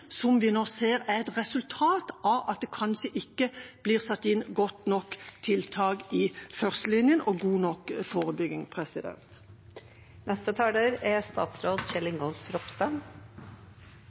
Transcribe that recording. Vi ser nå at det er et resultat av at det kanskje ikke blir satt inn gode nok tiltak i førstelinjen og god nok forebygging.